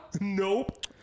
Nope